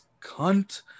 cunt